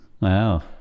Wow